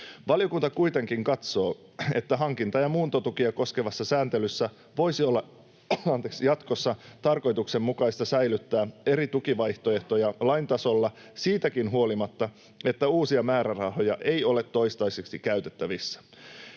Valiokunta kuitenkin katsoo, että hankinta- ja muuntotukea koskevassa sääntelyssä voisi olla jatkossa tarkoituksenmukaista säilyttää eri tukivaihtoehtoja lain tasolla siitäkin huolimatta, että uusia määrärahoja ei ole toistaiseksi käytettävissä.